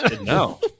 no